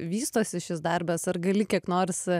vystosi šis darbas ar gali kiek nors